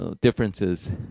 differences